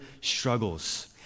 struggles